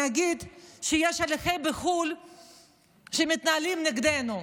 אגיד שיש הליכים בחו"ל שמתנהלים נגדנו,